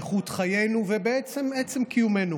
איכות חיינו, ובעצם על עצם קיומנו.